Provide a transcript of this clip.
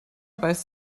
beißt